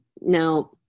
Now